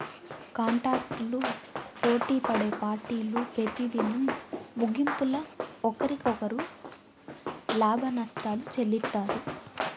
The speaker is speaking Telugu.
కాంటాక్టులు పోటిపడే పార్టీలు పెతిదినం ముగింపుల ఒకరికొకరు లాభనష్టాలు చెల్లిత్తారు